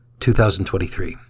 2023